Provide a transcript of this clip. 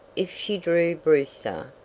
if she drew brewster,